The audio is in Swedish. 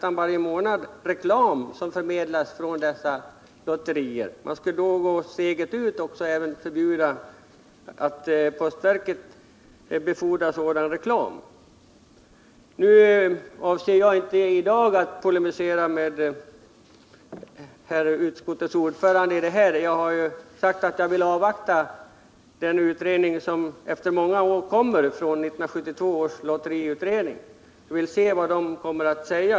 Om man inte vill befrämja detta borde man ta steget ut och förbjuda postverket att befordra sådan reklam. Jag avser inte att i dag polemisera mot utskottets ordförande i denna fråga. Jag har sagt att jag vill avvakta den utredning som efter många år kommer från 1972 års lotteriutredning för att se vad man där har att säga.